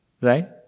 Right